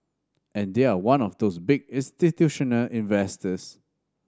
and they are one of those big institutional investors